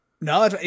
No